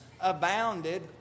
abounded